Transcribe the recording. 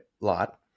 lot